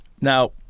Now